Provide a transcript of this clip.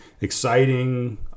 exciting